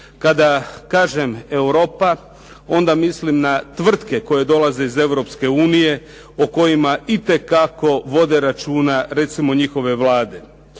Kada kažem Europa onda mislim na tvrtke koje dolaze iz Europske unije o kojima itekako vode računa recimo njihove vlade.